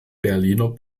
berliner